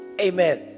amen